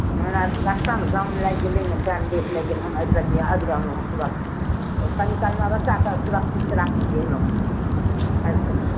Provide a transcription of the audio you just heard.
हमरा रास्तामे जाम लागि गेले ने तेँ लेट लागि गेल हम एक रत्ती आबि रहलहुँ हेँ तुरन्त कनिकाल बच्चाके सुरक्षितसँ राखू अएलहुँ हम आबि गेलहुँ